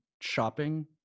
Shopping